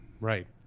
Right